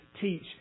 teach